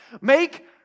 Make